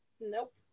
Nope